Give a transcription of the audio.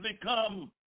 become